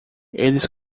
eles